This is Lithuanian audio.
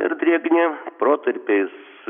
ir drėgni protarpiais